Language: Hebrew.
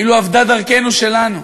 כדין כל מחבל, דינו מוות.